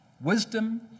wisdom